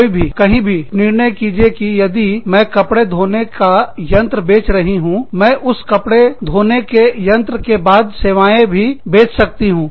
कोई भी कहीं भी निर्णय कीजिए कि यदि मैं कपड़े धोने का यंत्र बेच रही हूँ मैं उस कपड़े धोने के यंत्र के बाद सेवाएं भी बेच सकती हूँ